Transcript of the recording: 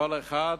כל אחד.